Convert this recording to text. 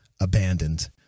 abandoned